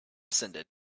descended